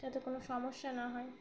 যাতে কোনো সমস্যা না হয়